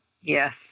Yes